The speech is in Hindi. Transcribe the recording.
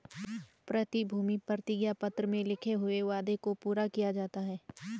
प्रतिभूति प्रतिज्ञा पत्र में लिखे हुए वादे को पूरा किया जाता है